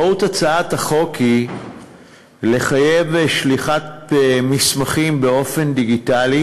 מהות הצעת החוק היא לחייב שליחת מסמכים באופן דיגיטלי